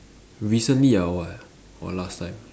recently or what or last time